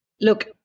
Look